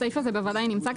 הסעיף הזה בוודאי נמצא כאן.